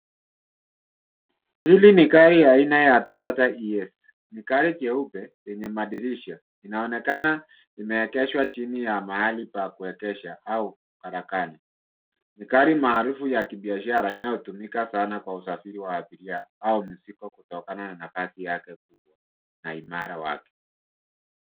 Hili ni gari ya aina yake nyeupe yenye madirisha inaonekana imeegeshwa chini ya mahali pa kuegesha au marekani nikali maarufu ya kibiashara inayotumika sana kwa usafiri wa abiria au misiba kutokana na kazi yake na imara watu.